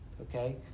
Okay